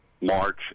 March